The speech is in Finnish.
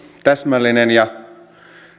täsmällinen ja